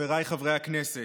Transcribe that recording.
חבריי חברי הכנסת,